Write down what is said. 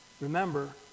Remember